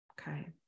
okay